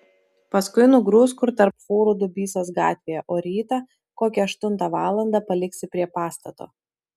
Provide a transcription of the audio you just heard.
paskui nugrūsk kur tarp fūrų dubysos gatvėje o rytą kokią aštuntą valandą paliksi prie pastato